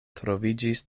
troviĝis